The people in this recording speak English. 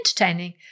entertaining